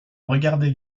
regardé